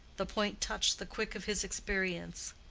the point touched the quick of his experience.